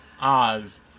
Oz